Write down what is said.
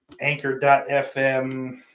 anchor.fm